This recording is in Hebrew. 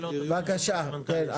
לדבר בקצרה,